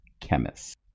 chemist